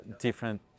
different